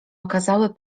okazały